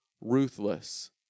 ruthless